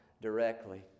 directly